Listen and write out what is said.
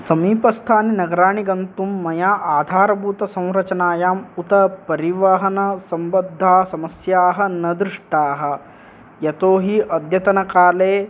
समीपस्थानि नगराणि गन्तुं मया आधारभूतसंरचनायाम् उत परिवहनसम्बद्धा समस्याः न दृष्टाः यतो हि अद्यतनकाले